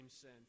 sin